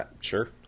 sure